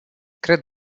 cred